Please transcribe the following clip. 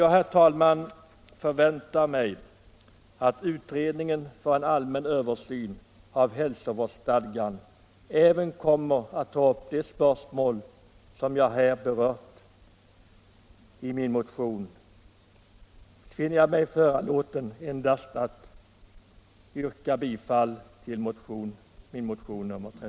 Jag finner, trots att jag förväntar mig att utredningen om en allmän översyn av hälsovårdsstadgan även kommer att ta upp de spörsmål som jag berört i den av mig väckta motionen 37, skäl att yrka bifall till motionen.